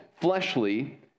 fleshly